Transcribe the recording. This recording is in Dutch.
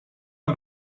het